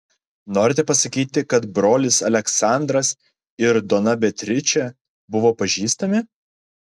norite pasakyti kad brolis aleksandras ir dona beatričė buvo pažįstami